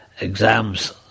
exams